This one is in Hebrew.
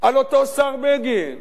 על אותו שר, בגין: